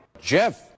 Jeff